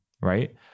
right